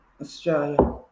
Australia